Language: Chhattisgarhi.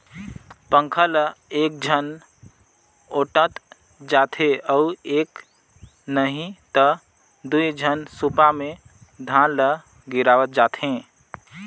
पंखा ल एकझन ओटंत जाथे अउ एक नही त दुई झन सूपा मे धान ल गिरावत जाथें